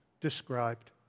described